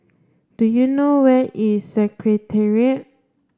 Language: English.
do you know where is Secretariat